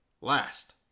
last